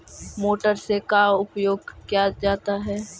Motor से का उपयोग क्या जाता है?